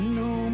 no